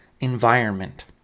environment